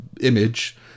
image